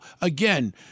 again